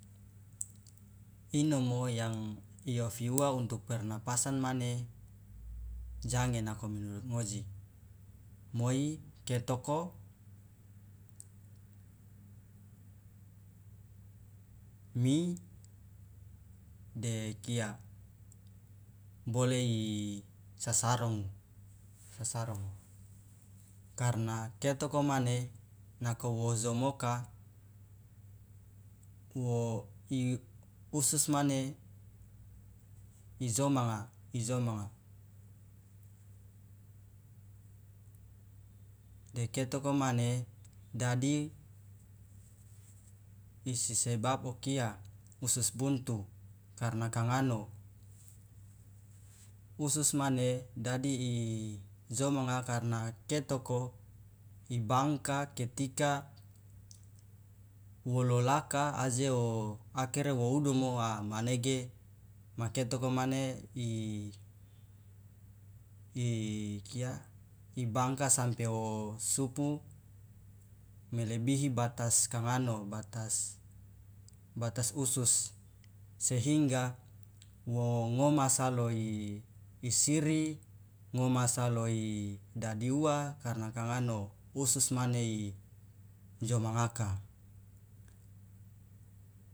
inomo yang iofi uwa untuk pernapasan mane jange nako menurut ngoji moi ketoko mi de kia bole isasarongo sasarongo karna ketoko mane nako wojomoka wo i usus mane ijomanga ijomanga de ketoko mane dadi isi sebab okia usus buntu karna kangano usus mane dadi i jomanga karna ketoko ibangka ketika wololaka aje akere wo udomo a manege ma ketoko mane i kia ibangka sampe o supu melebihi batas kangano batas batas usus sehingga wo ngomasa lo isiri ngomasa loi dadi uwa karna kangano usus mane ijomangaka